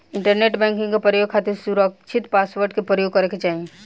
internet banking के प्रयोग खातिर सुरकछित पासवर्ड के परयोग करे के चाही